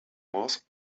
was